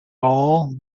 ball